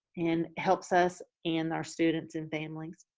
and helps us and our students and families.